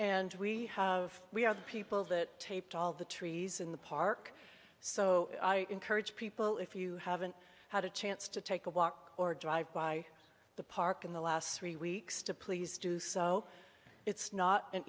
and we have we have people that taped all the trees in the park so i encourage people if you haven't had a chance to take a walk or drive by the park in the last three weeks to please do so it's not an